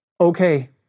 okay